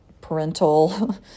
parental